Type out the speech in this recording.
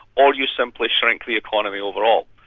or you simply shrink the economy overall.